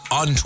on